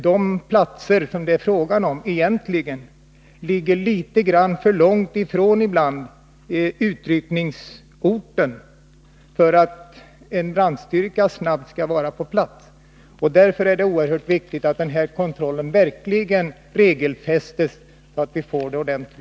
De brandplatser som det kan gälla ligger ibland litet för långt ifrån brandkårens utryckningsort för att en brandkårsstyrka snabbt skall kunna vara på plats. Därför är det oerhört viktigt att den här kontrollen verkligen regelfästs, så att den blir ordentlig.